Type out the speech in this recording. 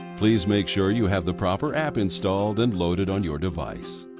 please make sure you have the proper app installed and loaded on your device.